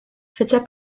fece